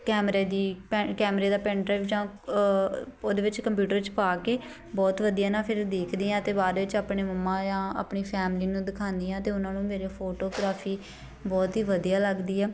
ਕੈਮਰੇ ਦੀ ਪੈ ਕੈਮਰੇ ਦਾ ਪੈਨ ਡਰਾਈਵ ਜਾਂ ਉਹਦੇ ਵਿੱਚ ਕੰਪਿਊਟਰ ਵਿੱਚ ਪਾ ਕੇ ਬਹੁਤ ਵਧੀਆ ਨਾ ਫਿਰ ਦੇਖਦੀ ਹਾਂ ਅਤੇ ਬਾਅਦ ਵਿੱਚ ਆਪਣੇ ਮੰਮਾ ਜਾਂ ਆਪਣੀ ਫੈਮਿਲੀ ਨੂੰ ਦਿਖਾਉਂਦੀ ਹਾਂ ਅਤੇ ਉਹਨਾਂ ਨੂੰ ਮੇਰੇ ਫੋਟੋਗ੍ਰਾਫੀ ਬਹੁਤ ਹੀ ਵਧੀਆ ਲੱਗਦੀ ਆ